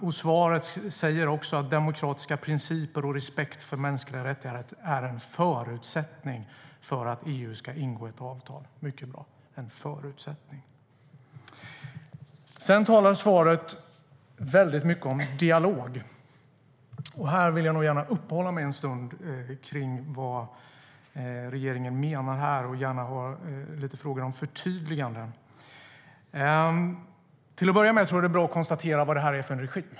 I svaret sägs också att demokratiska principer och respekt för mänskliga rättigheter är en förutsättning för att EU ska ingå ett avtal. En förutsättning - det är mycket bra. Det talas mycket om dialog i svaret. Jag vill gärna uppehålla mig en stund kring vad regeringen menar och få lite förtydliganden. Till att börja med är det bra att konstatera vad det är för en regim.